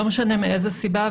לא משנה מאיזו סיבה,